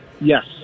Yes